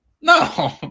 no